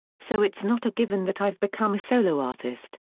so it's not a given that i've become a solo artist.